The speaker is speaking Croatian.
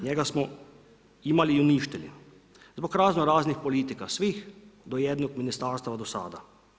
Njega smo imali i uništili zbog raznoraznih politika svih do jednog ministarstva do sada.